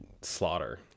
slaughter